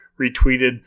retweeted